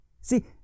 See